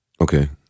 Okay